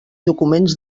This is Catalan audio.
documents